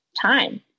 time